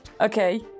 Okay